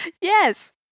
Yes